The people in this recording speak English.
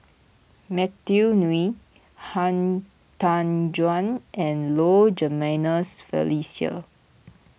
Matthew Ngui Han Tan Juan and Low Jimenez Felicia